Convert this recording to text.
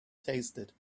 tasted